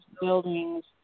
buildings